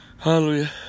Hallelujah